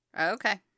Okay